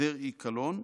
דרעי קלון,